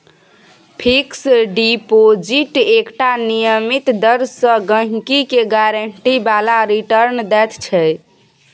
fix deposit एकटा नियमित दर सँ गहिंकी केँ गारंटी बला रिटर्न दैत छै